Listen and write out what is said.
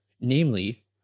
Namely